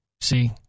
See